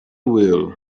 will